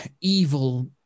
evil